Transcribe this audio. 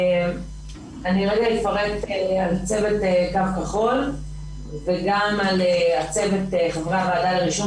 אני אפרט על צוות קו כחול וגם על צוות חברי הוועדה לרישום